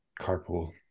carpool